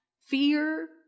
fear